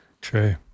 True